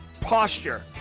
posture